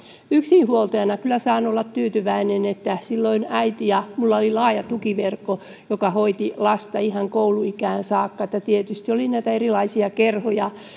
yksinhuoltajana kyllä saan olla tyytyväinen että silloin äitini ja laaja tukiverkkoni hoiti lasta ihan kouluikään saakka tietysti oli näitä erilaisia kerhoja